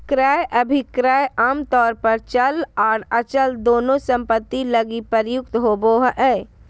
क्रय अभिक्रय आमतौर पर चल आर अचल दोनों सम्पत्ति लगी प्रयुक्त होबो हय